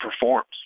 performs